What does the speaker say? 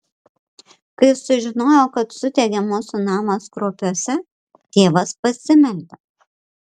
kai sužinojo kad sudegė mūsų namas kruopiuose tėvas pasimeldė